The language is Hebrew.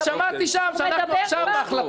--- ההחלטה הזו,